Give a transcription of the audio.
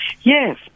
Yes